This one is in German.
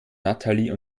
natalie